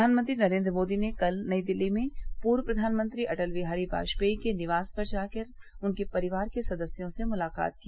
प्रधानमंत्री नरेन्द्र मोदी ने कल नई दिल्ली में पूर्व प्रधानमंत्री अटल बिहारी वाजपेयी के निवास पर जाकर उनके परिवार के सदस्यों से मुलाकात की